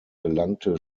gelangte